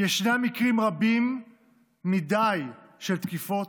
ישנם מקרים רבים מדי של תקיפות.